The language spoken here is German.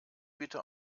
bitte